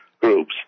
groups